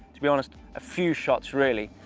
to be honest, a few shots really.